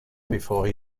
before